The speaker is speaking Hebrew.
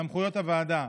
סמכויות הוועדה: